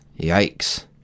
Yikes